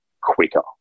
quicker